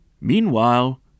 Meanwhile